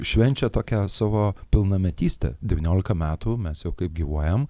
švenčia tokią savo pilnametystę devyniolika metų mes jau kaip gyvuojam